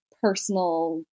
personal